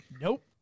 Nope